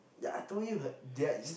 ya I told you her their